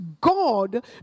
God